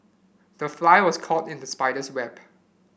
the fly was caught in the spider's web